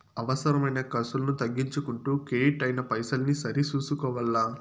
అవసరమైన కర్సులను తగ్గించుకుంటూ కెడిట్ అయిన పైసల్ని సరి సూసుకోవల్ల